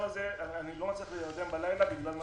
אני לא מצליח להירדם בלילה בגלל המצב הזה,